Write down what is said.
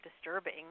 disturbing